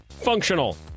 Functional